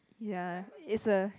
ya it's a